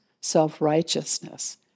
self-righteousness